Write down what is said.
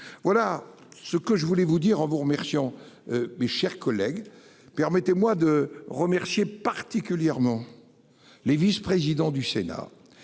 Voilà ce que je voulais vous dire en vous remercions. Mes chers collègues permettez-moi de remercier particulièrement. Les vice-, président du Sénat